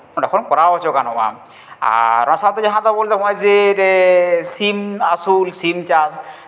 ᱚᱸᱰᱮ ᱠᱷᱚᱱ ᱠᱚᱨᱟᱣ ᱦᱚᱪᱚ ᱜᱟᱱᱚᱜᱼᱟ ᱟᱨ ᱚᱱᱟ ᱥᱟᱶᱛᱮ ᱡᱟᱦᱟᱸ ᱫᱚᱵᱚᱱ ᱞᱟᱹᱭ ᱮᱫᱟ ᱱᱚᱜᱼᱚᱭ ᱡᱮ ᱥᱤᱢ ᱟᱹᱥᱩᱞ ᱥᱤᱢ ᱪᱟᱥ